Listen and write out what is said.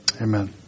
Amen